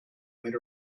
might